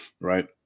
right